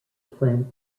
plant